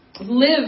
Live